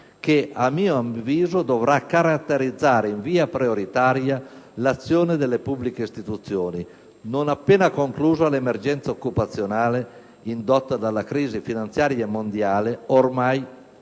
che, a mio avviso, dovrà caratterizzare in via prioritaria l'azione delle pubbliche istituzioni, non appena conclusa l'emergenza occupazionale indotta dalla crisi finanziaria mondiale, che ormai speriamo-